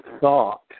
thought